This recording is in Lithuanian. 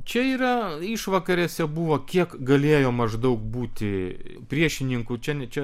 čia yra išvakarėse buvo kiek galėjo maždaug būti priešininkų čia ne čia